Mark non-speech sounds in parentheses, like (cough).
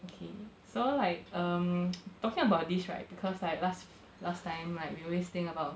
okay so like um (noise) talking about this right because like because last time we always think about